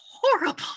horrible